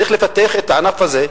צריך לפתח את הענף הזה.